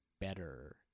better